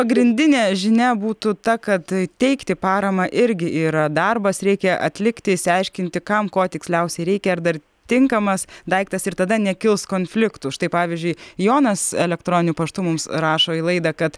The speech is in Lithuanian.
pagrindinė žinia būtų ta kad teikti paramą irgi yra darbas reikia atlikti išsiaiškinti kam ko tiksliausiai reikia ar dar tinkamas daiktas ir tada nekils konfliktų štai pavyzdžiui jonas elektroniniu paštu mums rašo į laidą kad